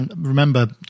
remember